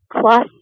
plus